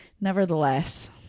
nevertheless